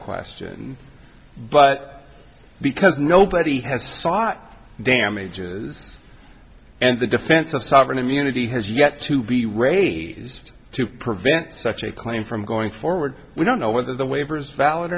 question but because nobody has sought damages and the defense of sovereign immunity has yet to be raised to prevent such a claim from going forward we don't know whether the waivers valid